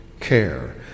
care